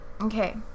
Okay